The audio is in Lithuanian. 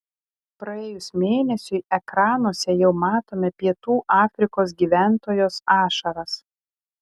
praėjus mėnesiui ekranuose jau matome pietų afrikos gyventojos ašaras